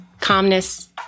calmness